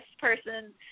person